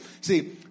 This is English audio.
See